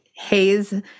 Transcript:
haze